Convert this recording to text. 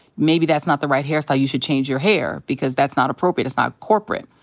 maybe that's not the right hairstyle. you should change your hair because that's not appropriate. it's not corporate.